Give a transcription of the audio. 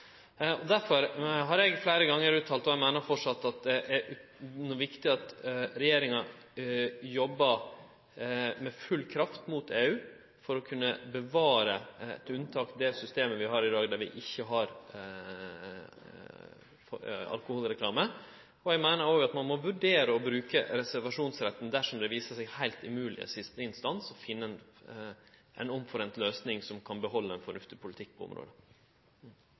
folkehelsa. Derfor har eg fleire gonger uttalt – og det meiner eg framleis – at det er viktig at regjeringa jobbar med full kraft mot EU for å kunne bevare det unntakssystemet vi har i dag, der vi ikkje har alkoholreklame. Eg meiner òg at vi bør vurdere å bruke reservasjonsretten dersom det viser seg heilt umogleg i siste instans å finne ei felles løysing som gjer at vi kan behalde ein fornuftig politikk på området.